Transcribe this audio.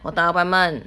我打 appointment